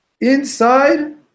Inside